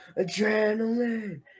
Adrenaline